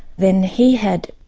then he had,